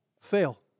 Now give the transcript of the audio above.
fail